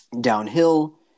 downhill